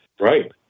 right